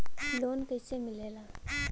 Loan कईसे मिलेला?